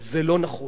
זה לא נכון.